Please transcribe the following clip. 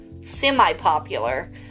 semi-popular